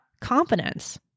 confidence